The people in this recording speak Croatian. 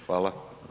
Hvala.